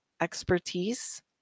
expertise